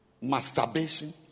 masturbation